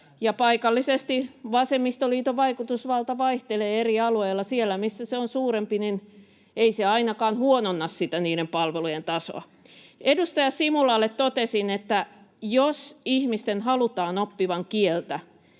paikallisesti vasemmistoliiton vaikutusvalta vaihtelee eri alueilla. Siellä, missä se on suurempi, ei se ainakaan huononna sitä niiden palvelujen tasoa. Edustaja Simulalle totesin, että jos ihmisten halutaan oppivan kieltä,